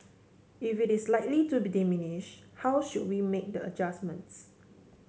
if it is likely to diminish how should we make the adjustments